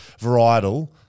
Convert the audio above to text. varietal